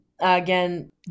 again